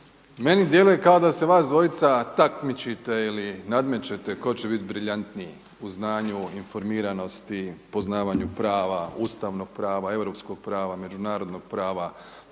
Meni djeluje kao da se vas dvojica takmičite ili nadmećete tko će bit briljantniji u znanju, informiranosti, poznavanju prava, ustavnog prava, europskog prava, međunarodnog prava,